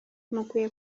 mukwiye